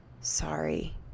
sorry